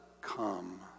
come